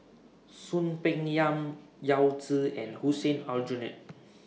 Soon Peng Yam Yao Zi and Hussein Aljunied